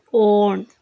on